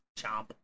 Chomp